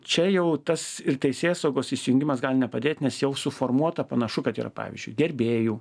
čia jau tas ir teisėsaugos įsijungimas gali nepadėt nes jau suformuota panašu kad yra pavyzdžiui gerbėjų